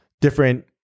different